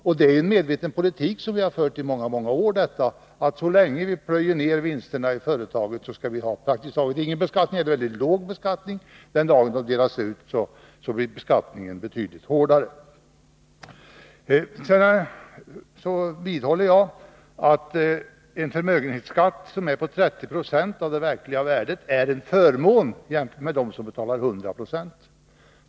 Detta är en medveten politik, som vi har fört i många år: Så länge man plöjer ned vinsterna i företagen skall vi ha praktiskt taget ingen beskattning eller en mycket låg beskattning. Den dag vinsterna delas ut blir beskattningen betydligt hårdare. Vidare vidhåller jag att det är en förmån att betala 30 96 i förmögenhetsskatt jämfört med dem som betalar 100 26.